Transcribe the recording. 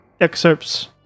excerpts